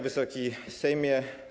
Wysoki Sejmie!